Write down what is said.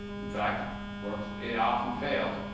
in fact, it works it often fails.